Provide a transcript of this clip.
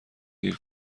دیر